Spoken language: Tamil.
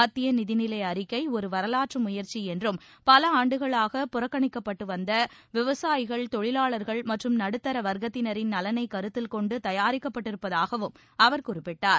மத்திய நிதிநிலை அறிக்கை ஒரு வரலாற்று முயற்சி என்றும் பல ஆண்டுகளாக புறக்கணிக்கப்பட்டு வந்த விவசாயிகள் தொழிலாளர்கள் மற்றும் நடுத்தர வர்த்தகத்தினரின் நலனைக் கருத்தில் கொண்டு தயாரிக்கப்பட்டிருப்பதாகவும் அவர் குறிப்பிட்டார்